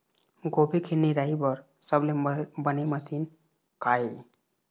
गोभी के निराई बर सबले बने मशीन का ये?